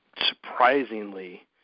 surprisingly